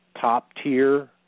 top-tier